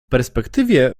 perspektywie